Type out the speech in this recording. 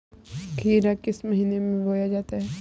खीरा किस महीने में बोया जाता है?